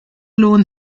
lawn